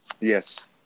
Yes